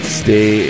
stay